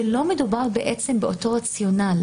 שלא מדובר בעצם באותו רציונל,